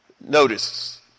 Notice